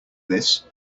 this